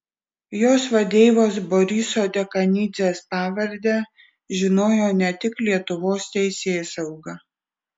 jos vadeivos boriso dekanidzės pavardę žinojo ne tik lietuvos teisėsauga